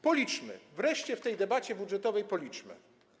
Policzmy, wreszcie w tej debacie budżetowej policzmy.